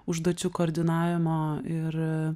užduočių koordinavimo ir